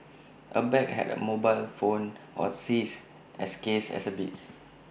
A bag had A mobile phone were seized as case exhibits